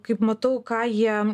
kaip matau ką jie